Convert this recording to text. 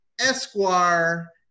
Esquire